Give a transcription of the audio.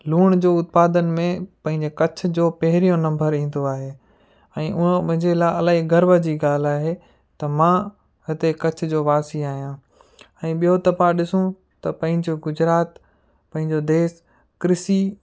लूण जो उत्पादन में पंहिंजे कच्छ जो पेहिरियों नम्बर ईंदो आहे ऐं उहो मुंहिंजे लाइ इलाही गर्व जी ॻाल्हि आहे त मां हिते कच्छ जो वासी आहियां ऐं ॿियो त पाण ॾिसूं त पंहिंजो गुजरात पंहिंजो देश कृषी